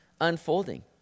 unfolding